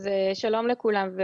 שלום לכולם.